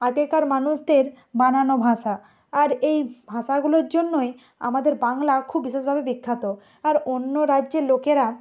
আগেকার মানুষদের বানানো ভাষা আর এই ভাষাগুলোর জন্যই আমাদের বাংলা খুব বিশেষভাবে বিখ্যাত আর অন্য রাজ্যে লোকেরা